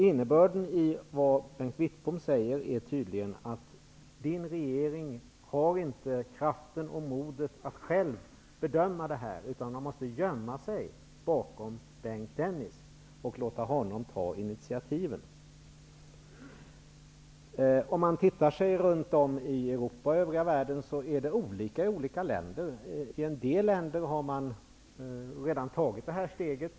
Innebörden i det som Bengt Wittbom säger är tydligen att hans regering inte har kraften och modet att själv bedöma det här, utan man måste gömma sig bakom Bengt Dennis och låta honom ta initiativet. Om vi ser oss om i Europa och övriga världen, finner vi att det är olika i olika länder. En del länder har redan tagit det här steget.